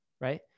right